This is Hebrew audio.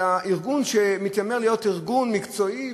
אלא בארגון שמתיימר להיות ארגון מקצועי,